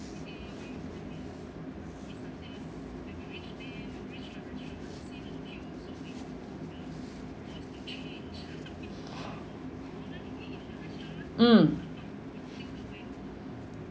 mm